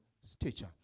stature